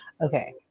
okay